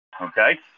Okay